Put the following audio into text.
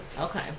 Okay